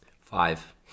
Five